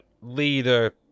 leader